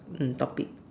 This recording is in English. um topic